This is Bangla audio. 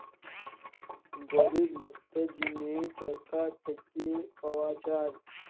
গরিব লকদের জ্যনহে ছরকার থ্যাইকে পাউয়া যায়